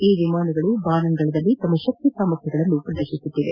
ಈ ವಿಮಾನಗಳು ಬಾನಂಗಳದಲ್ಲಿ ತಮ್ನ ಶಕ್ತಿ ಸಾಮರ್ಥ್ಯಗಳನ್ನು ಪ್ರದರ್ಶಿಸುತ್ತಿದೆ